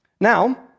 Now